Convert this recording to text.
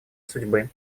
судьбы